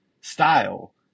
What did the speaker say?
style